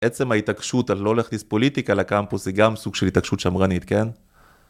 בעצם ההתעקשות על לא להכניס פוליטיקה לקמפוס היא גם סוג של התעקשות שמרנית, כן?